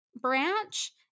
branch